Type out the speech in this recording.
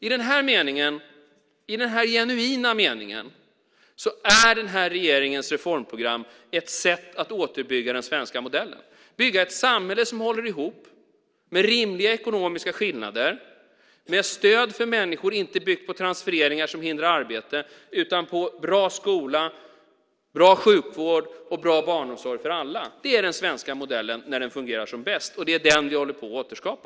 I den genuina meningen är den här regeringens reformprogram ett sätt att återbygga den svenska modellen, bygga ett samhälle som håller ihop med rimliga ekonomiska skillnader och med stöd för människor, inte byggd på transfereringar som hindrar arbete utan på bra skola, bra sjukvård och bra barnomsorg för alla. Det är den svenska modellen när den fungerar som bäst. Det är den vi håller på att återskapa.